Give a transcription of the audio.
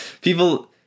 people